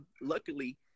luckily